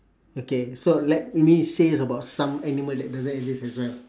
okay so let me says about some animal that doesn't exist as well